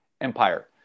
Empire